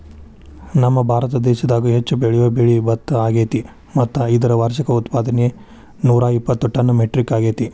ನಮ್ಮಭಾರತ ದೇಶದಾಗ ಹೆಚ್ಚು ಬೆಳಿಯೋ ಬೆಳೆ ಭತ್ತ ಅಗ್ಯಾತಿ ಮತ್ತ ಇದರ ವಾರ್ಷಿಕ ಉತ್ಪಾದನೆ ನೂರಾಇಪ್ಪತ್ತು ಟನ್ ಮೆಟ್ರಿಕ್ ಅಗ್ಯಾತಿ